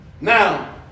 Now